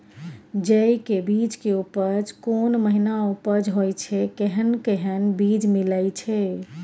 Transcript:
जेय के बीज के उपज कोन महीना उपज होय छै कैहन कैहन बीज मिलय छै?